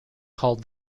called